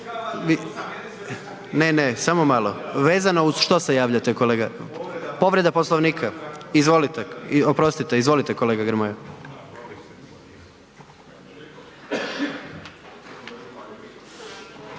Ne, ne samo malo vezano uz što se javljate kolega? Povreda Poslovnika, izvolite, oprostite, izvolite kolega Grmoja.